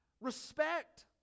respect